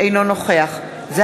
אינו נוכח אילן גילאון,